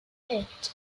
eight